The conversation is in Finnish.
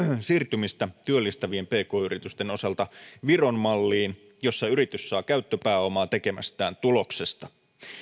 siirtymistä työllistävien pk yritysten osalta viron malliin jossa yritys saa käyttöpääomaa tekemästään tuloksesta